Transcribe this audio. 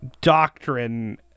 doctrine